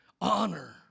honor